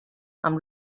amb